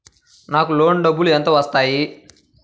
నాకు లోన్ డబ్బులు ఎంత వస్తాయి?